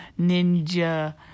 Ninja